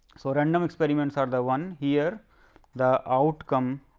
so, random experiments are the one, here the outcome